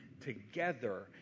together